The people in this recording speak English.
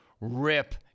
Rip